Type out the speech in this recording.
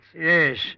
Yes